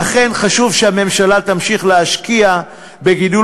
'לכן חשוב שהממשלה תמשיך להשקיע בגידול